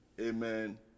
amen